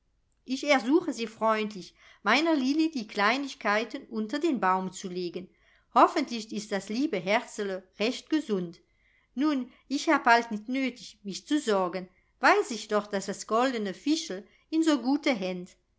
ich ersuche sie freundlich meiner lilli die kleinigkeiten unter den baum zu legen hoffentlich ist das liebe herzl recht gesund nun ich hab halt nit nötig mich zu sorgen weiß ich doch das goldene fischel in so gute